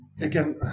again